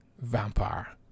Vampire